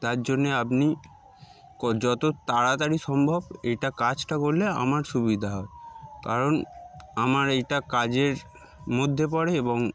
তার জন্যে আপনি যত তাড়াতাড়ি সম্ভব এইটা কাজটা করলে আমার সুবিধা হয় কারণ আমার এইটা কাজের মধ্যে পড়ে এবং